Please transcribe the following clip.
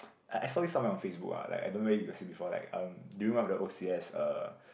I I saw it somewhere on Facebook ah like I don't know where you have see before like uh do you one of the O_C_S uh